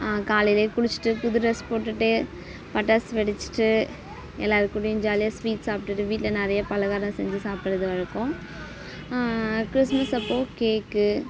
காலையிலே குளிச்சிட்டு புது ட்ரெஸ் போட்டுட்டு பட்டாசு வெடிச்சிட்டு எல்லாருகூடயும் ஜாலியாக ஸ்வீட் சாப்ட்டுவிட்டு வீட்டில் நிறைய பலகாரம் செஞ்சு சாப்புடுறது வழக்கம் கிறிஸ்மஸ் அப்போ கேக்கு